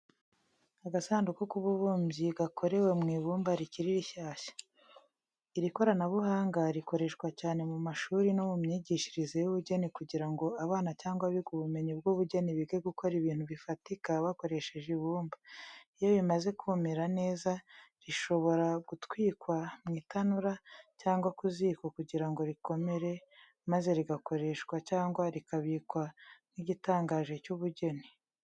Agasanduku k’ububumbyi, gakorewe mu ibumba rikiri rishyashya. Iri koranabuhanga rikoreshwa cyane mu mashuri no mu myigishirize y’ubugeni kugira ngo abana cyangwa abiga ubumenyi bw’ubugeni bige gukora ibintu bifatika bakoresheje ibumba. Iyo bimaze kumira neza, rishobora gutwikwa mu itanura, cyangwa ku ziko kugira ngo rikomere, maze rigakoreshwa cyangwa rikabikwa nk’igitangaje cy’ubugeni.